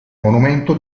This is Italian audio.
monumento